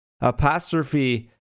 apostrophe